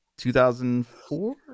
2004